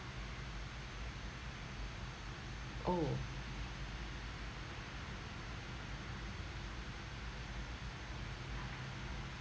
oh